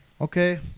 Okay